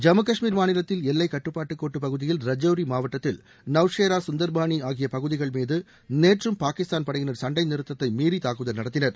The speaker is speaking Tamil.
ஜம்மு கஷ்மீர் மாநிலத்தில் எல்லைக் கட்டுப்பாட்டு கோட்டு பகுதியில் ரஜோரி மாவட்டத்தில் நவ்ஷெரா சுந்தர்பானி ஆகிய பகுதிகள்மீது நேற்றும் பாகிஸ்தான் படையினர் சண்டை நிறுத்ததை மீறி தாக்குதல் நடத்தினர்